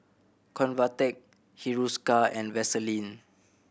Convatec Hiruscar and Vaselin